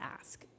ask